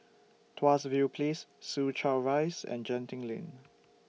Tuas View Place Soo Chow Rise and Genting Lane